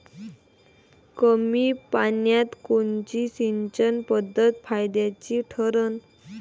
कमी पान्यात कोनची सिंचन पद्धत फायद्याची ठरन?